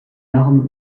larmes